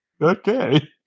Okay